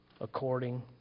according